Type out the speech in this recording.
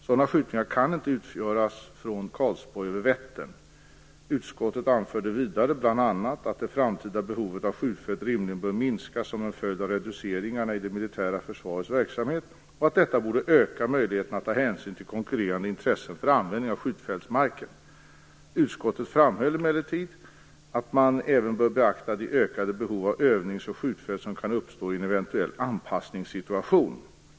Sådana skjutningar kan inte göras från Karlsborg över Vättern. Utskottet anförde vidare bl.a. att det framtida behovet av skjutfält rimligen bör minska som en följd av reduceringarna i det militära försvarets verksamhet och att detta borde öka möjligheterna att ta hänsyn till konkurrerande intressen för användning av skjutfältsmarken. Utskottet framhöll emellertid att man även bör beakta de ökade behov av övnings och skjutfält som kan uppstå i en eventuell anpassningssituation.